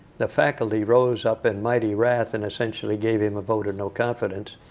the faculty rose up in mighty wrath and essentially gave him a vote of no confidence.